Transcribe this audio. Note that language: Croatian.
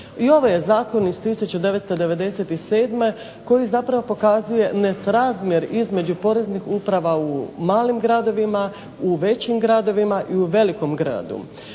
I ovaj je zakon iz 1997. koji zapravo pokazuje nesrazmjer između poreznih uprava u malim gradovima, u većim gradovima i u velikom gradu.